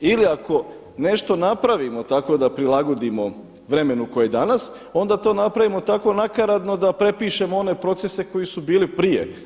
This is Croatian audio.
Ili ako nešto napravimo tako da prilagodimo vremenu koje je danas, onda to napravimo tako nakaradno da prepišemo one procese koji su bili prije.